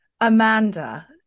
Amanda